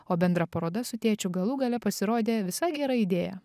o bendra paroda su tėčiu galų gale pasirodė visai gera idėja